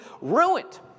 ruined